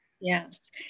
Yes